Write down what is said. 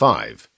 Five